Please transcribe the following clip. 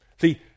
See